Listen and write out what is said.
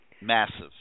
Massive